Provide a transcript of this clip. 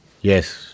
Yes